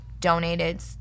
donated